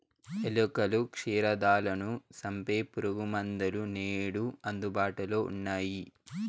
ఎలుకలు, క్షీరదాలను సంపె పురుగుమందులు నేడు అందుబాటులో ఉన్నయ్యి